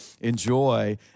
enjoy